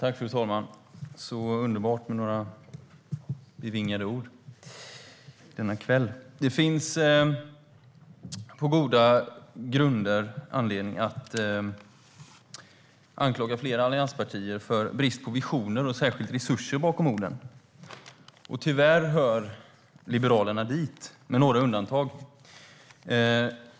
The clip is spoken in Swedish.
Fru talman! Det är underbart med några bevingade ord denna kväll. Det finns goda grunder för att anklaga flera allianspartier för brist på visioner och särskilt resurser bakom orden. Tyvärr hör Liberalerna dit, med några undantag.